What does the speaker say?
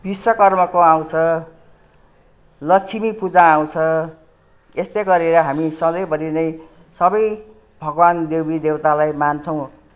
विश्वकर्माको आउँछ लक्ष्मी पूजा आउँछ यस्तै गरेर हामी सधैँभरि नै सबै भगवान देवीदेउतालाई मान्छौँ